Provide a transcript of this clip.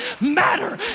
matter